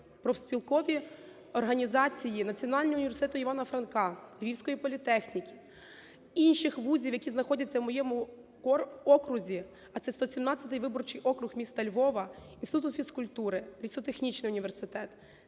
профспілкові організації Національного університету Івана Франка, "Львівської політехніки", інших ВУЗів, які знаходяться в моєму окрузі, а це 117-й виборчий округ міста Львова, Інституту фізкультури, Лісотехнічний університет